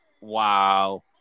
Wow